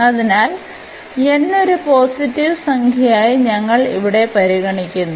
അതിനാൽ n ഒരു positive സംഖ്യയായി ഞങ്ങൾ ഇവിടെ പരിഗണിക്കുന്നു